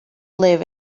live